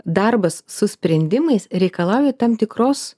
darbas su sprendimais reikalauja tam tikros